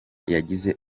yagize